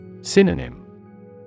Synonym